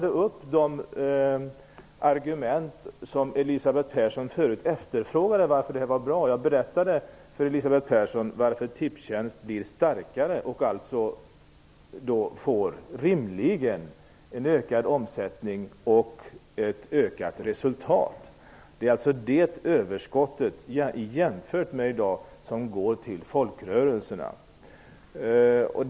Eftersom Elisabeth Persson frågade varför affären skulle vara bra, berättade jag varför Tipstjänst skulle bli starkare och därmed rimligen skulle få en ökad omsättning och ett bättre resultat. Det är alltså det överskottet som jämfört med vad som gäller i dag skall gå till folkrörelserna.